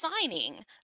signing